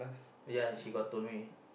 ya she got to me